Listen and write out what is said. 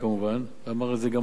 ואמר את זה גם השר קודם,